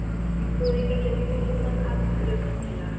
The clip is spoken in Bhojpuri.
दो एकड़ जमीन में कितना खाद के प्रयोग होखेला?